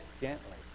gently